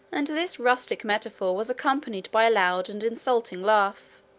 and this rustic metaphor was accompanied by a loud and insulting laugh,